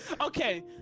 Okay